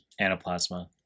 anaplasma